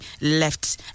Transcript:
left